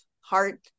heart